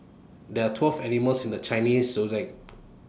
there are twelve animals in the Chinese Zodiac